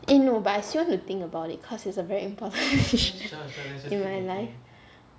eh no but I still wanna think about it cause it's a very important question in my life